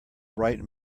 bright